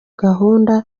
gahunda